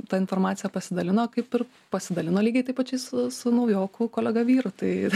ta informacija pasidalino kaip ir pasidalino lygiai taip pačiai su naujoku kolega vyru tai